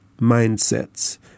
mindsets